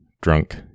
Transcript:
drunk